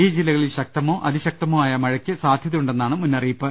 ഈ ജില്ലകളിൽ ശക്തമോ അതിശക്തമോ ആയ മഴയ്ക്ക് സാധ്യതയുണ്ടെന്നാണ് മുന്നറിയിപ്പ്